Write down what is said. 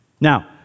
Now